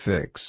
Fix